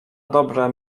dobre